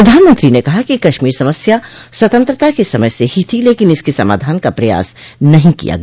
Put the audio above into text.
प्रधानमंत्री ने कहा कि कश्मीर समस्या स्वतंत्रता के समय से ही थी लेकिन इसके समाधान का प्रयास नहीं किया गया